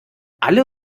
alle